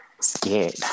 scared